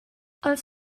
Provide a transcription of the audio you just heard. els